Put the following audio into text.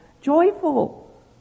joyful